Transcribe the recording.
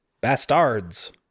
Bastards